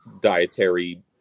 dietary